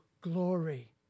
glory